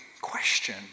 question